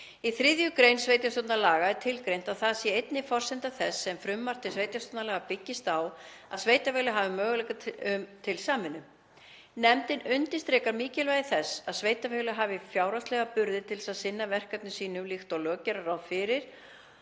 Í 3. gr. sveitarstjórnarlaga er tilgreint að það sé einnig forsenda þess sem frumvarp til sveitarstjórnarlaga byggist á að sveitarfélög hafi möguleika til samvinnu. Nefndin undirstrikar mikilvægi þess að sveitarfélög hafi fjárhagslega burði til að sinna verkefnum sínum líkt og lög gera ráð fyrir